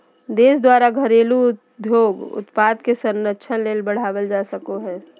देश द्वारा घरेलू उद्योग उत्पाद के संरक्षण ले बढ़ावल जा सको हइ